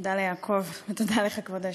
תודה ליעקב, תודה לך, כבוד היושב-ראש.